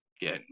get